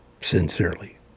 Sincerely